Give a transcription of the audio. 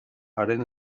haren